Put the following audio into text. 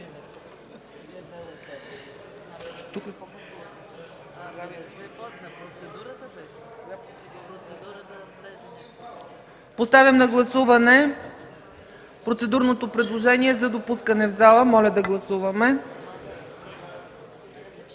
Поставям на гласуване процедурното предложение за допускане в зала. Моля да гласуваме.